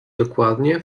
dokładnie